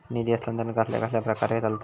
निधी हस्तांतरण कसल्या कसल्या प्रकारे चलता?